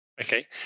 Okay